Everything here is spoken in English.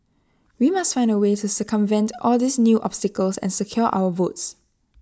we must find A way to circumvent all these new obstacles and secure our votes